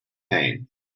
pain